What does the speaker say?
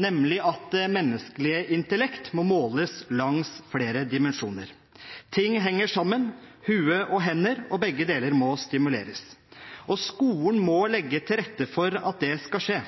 nemlig at det menneskelige intellekt må måles langs flere dimensjoner. Ting henger sammen, hue og hender, og begge deler må stimuleres. Skolen må legge til rette for at det skal skje.